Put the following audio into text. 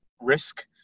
risk